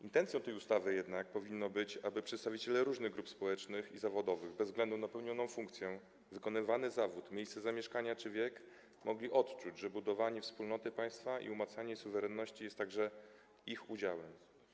Intencją tej ustawy jednak powinno być to, aby przedstawiciele różnych grup społecznych i zawodowych bez względu na pełnioną funkcję, wykonywany zawód, miejsce zamieszkania czy wiek mogli odczuć, że budowanie wspólnoty państwa i umacnianie suwerenności jest także ich udziałem.